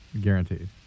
Guaranteed